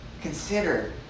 Consider